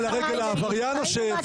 רגע, אתה עלית לרגל לעבריין או שוויתרת?